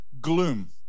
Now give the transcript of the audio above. gloom